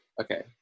okay